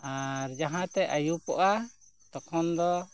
ᱟᱨ ᱡᱟᱦᱟᱸ ᱛᱮ ᱟᱹᱭᱩᱵᱚᱜᱼᱟ ᱛᱚᱠᱷᱚᱱ ᱫᱚ